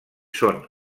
són